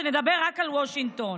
שנדבר רק על וושינגטון.